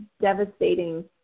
devastating